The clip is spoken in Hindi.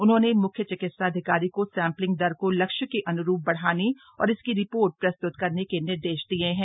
उन्होंने म्ख्य चिकित्साधिकारी को सैम्पलिंग दर को लक्ष्य के अन्रूप बढ़ाने और इसकी रिपोर्ट प्रस्त्त करने के निर्देश दिये हैं